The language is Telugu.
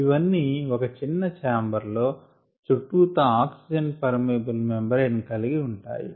ఇవన్నీ ఒక చిన్న చాంబర్ లో చుట్టూతా ఆక్సిజన్ పర్మియబుల్ మెంబ్రేన్ కలిగి ఉంటాయి